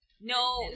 No